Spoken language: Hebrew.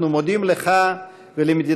אנחנו מודים לך ולמדינתך,